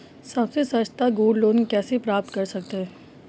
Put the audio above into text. सबसे सस्ता gold loan कैसे प्राप्त कर सकते हैं?